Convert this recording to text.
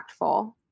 impactful